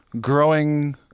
growing